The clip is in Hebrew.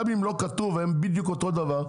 גם אם לא כתוב, הם בדיוק אותו דבר.